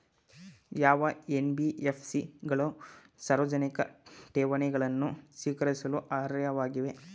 ಯಾವ ಎನ್.ಬಿ.ಎಫ್.ಸಿ ಗಳು ಸಾರ್ವಜನಿಕ ಠೇವಣಿಗಳನ್ನು ಸ್ವೀಕರಿಸಲು ಅರ್ಹವಾಗಿವೆ?